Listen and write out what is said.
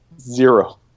Zero